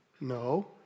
No